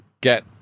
get